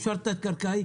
אפשר תת קרקעי,